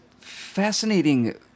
fascinating